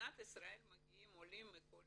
למדינת ישראל מגיעים עולים מכל